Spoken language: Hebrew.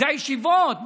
זה הישיבות.